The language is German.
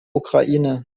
ukraine